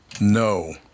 No